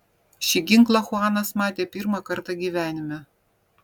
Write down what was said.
šį ginklą chuanas matė pirmą kartą gyvenime